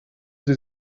sie